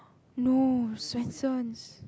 no Swensen's